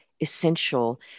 essential